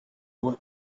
old